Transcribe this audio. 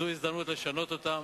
זאת הזדמנות לשנות אותם.